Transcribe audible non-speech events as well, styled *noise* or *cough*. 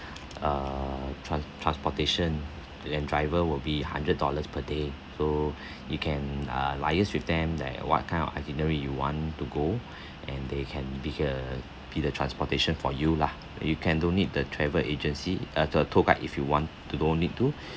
uh tran~ transportation and driver will be hundred dollars per day so *breath* you can uh liaised with them that what kind of itinerary you want to go *breath* and they can be the be the transportation for you lah you can don't need the travel agency uh the tour guide if you want to don't need to